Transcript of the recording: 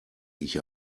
ich